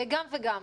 גם וגם.